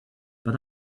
but